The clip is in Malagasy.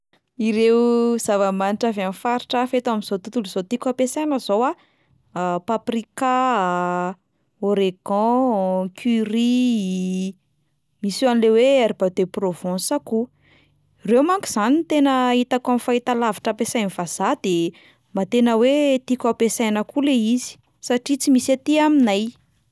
Ireo zava-manitra avy amin'ny faritra hafa eto amin'izao tontolo zao tiako ampiasaina zao a: paprika, origan, curry, misy an'le hoe herbes de Provence koa, ireo manko zany no tena hitako amin'ny fahitalavitra ampiasain'ny vazaha de mba tena hoe tiako ampiasaina koa le izy satria tsy misy aty aminay.